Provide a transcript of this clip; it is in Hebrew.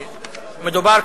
מדובר,